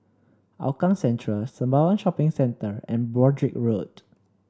Hougang Central Sembawang Shopping Centre and Broadrick Road